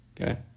Okay